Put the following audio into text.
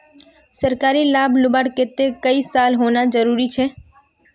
सरकारी लाभ लुबार केते कई साल होना जरूरी छे?